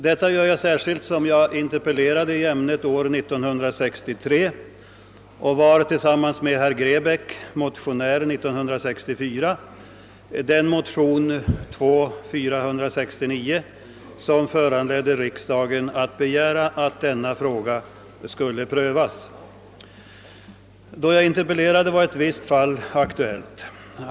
Jag gör det särskilt därför att jag interpellerade i ämnet år 1963 och tillsammans med herr Grebäck väckte motionen II:469 år 1964, vilken föranledde riksdagen att begära en omprövning av frågan. När jag interpellerade var ett visst fall aktuellt.